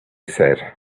said